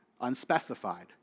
unspecified